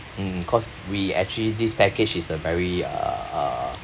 hmm cause we actually this package is a very uh uh